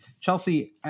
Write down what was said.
Chelsea